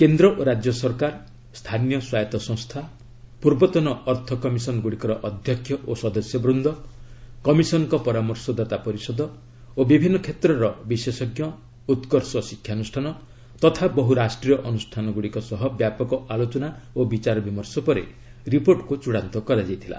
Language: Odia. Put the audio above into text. କେନ୍ଦ୍ର ଓ ରାଜ୍ୟ ସରକାର ସ୍ଥାନୀୟ ସ୍ୱାୟତ ସଂସ୍ଥା ପୂର୍ବତନ ଅର୍ଥକମିଶନ୍ ଗୁଡ଼ିକର ଅଧ୍ୟକ୍ଷ ଓ ସଦସ୍ୟ ବୃନ୍ଦ କମିଶନ୍ଙ୍କ ପରାମର୍ଶଦାତା ପରିଷଦ ଓ ବିଭିନ୍ନ କ୍ଷେତ୍ରର ବିଶେଷଜ୍ଞ ଉତ୍କର୍ଷ ଶିକ୍ଷାନୁଷ୍ଠାନ ତଥା ବହୁ ରାଷ୍ଟ୍ରୀୟ ଅନୁଷ୍ଠାନଗୁଡ଼ିକ ସହ ବ୍ୟାପକ ଆଲୋଚନା ଓ ବିଚାର ବିମର୍ଷ ପରେ ରିପୋର୍ଟକୁ ଚୂଡ଼ାନ୍ତ କରାଯାଇଥିଲା